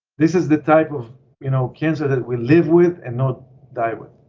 this is the type of you know cancer that we live with and not die with.